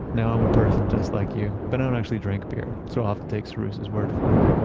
now, i'm a person just like you, but i don't actually drink beer so i'll take cyrus's word for it.